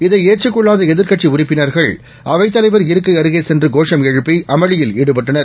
இதைஏற்றுக்கொள்ளாதஎதிர்க்கட்சிஉறுப்பினர்கள்அவைத லைவர்இருக்கைஅருகேசென்றுகோஷம்எழுப்பி அமளியில்ஈடுபட்டனர்